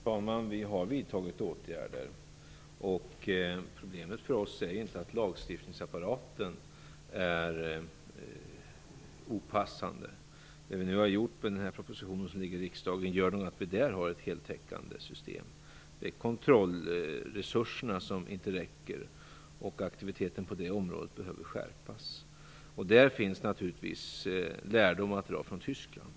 Fru talman! Vi har vidtagit åtgärder. Vårt problem är inte att lagstiftningsapparaten är opassande. I den proposition som nu ligger i riksdagen har vi ett heltäckande system. Det är resurserna för kontroll som inte räcker, och aktiviteten på det området behöver skärpas. Där finns det naturligtvis lärdomar att dra från Tyskland.